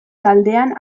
taldean